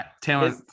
Taylor